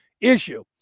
issue